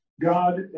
God